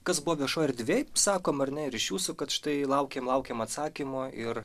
kas buvo viešoj erdvėj sakom ar ne ir iš jūsų kad štai laukiam laukiam atsakymo ir